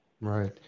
Right